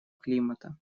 климата